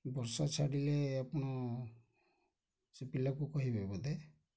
ବର୍ଷା ଛାଡ଼ିଲେ ଆପଣ ସେ ପିଲାକୁ କହିବେ ବୋଧେ